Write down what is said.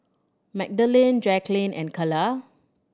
Magdalene Jaclyn and Kala